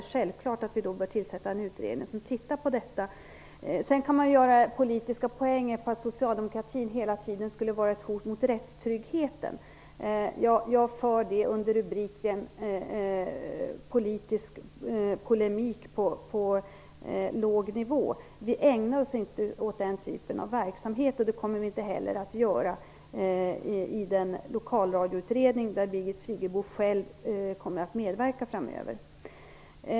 Självfallet bör vi då tillsätta en utredning som tittar närmare på detta. Man kan ta politiska poänger genom att påstå att socialdemokratin skulle vara ett hot mot rättstryggheten. Jag för in det under rubriken Politisk polemik på låg nivå. Vi ägnar oss inte åt den typen av verksamhet, och det kommer vi inte heller att göra i den lokalradioutredning där Birgit Friggebo själv kommer att medverka framöver.